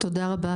תודה רבה,